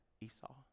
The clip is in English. Esau